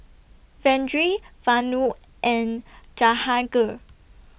Vedre Vanu and Jahangir